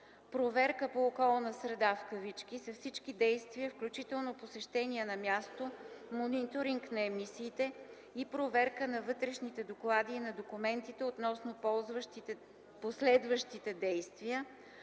„Проверка по околна среда” са всички действия, включително посещения на място, мониторинг на емисиите и проверка на вътрешните доклади и на документите относно последващите действия,